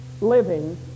living